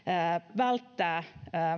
välttää